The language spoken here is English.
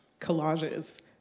collages